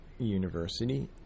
University